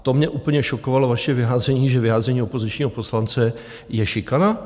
To mě úplně šokovalo, to vaše vyjádření, že vyjádření opozičního poslance je šikana.